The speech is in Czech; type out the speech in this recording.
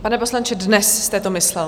Pane poslanče, dnes jste to myslel?